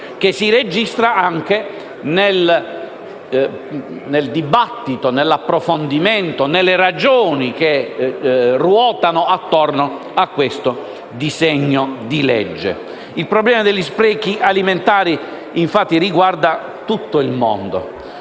che si registra anche nel dibattito, nell'approfondimento, nelle ragioni che ruotano attorno a questo disegno di legge. Il problema degli sprechi alimentari infatti riguarda tutto il mondo.